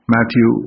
Matthew